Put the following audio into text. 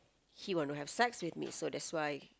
he want to have sex with me so that's why